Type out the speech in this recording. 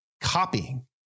Copying